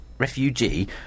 Refugee